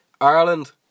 Ireland